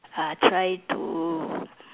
uh try too